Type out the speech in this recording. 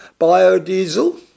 Biodiesel